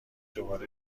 دوباره